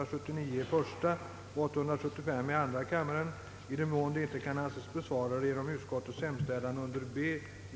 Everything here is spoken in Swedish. marens ordningsstadga följande enkla fråga denna dag framställts av herr Meddelande ang.